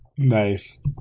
nice